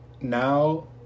now